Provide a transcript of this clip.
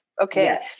Okay